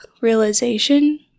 realization